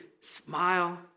smile